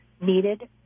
needed